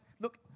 look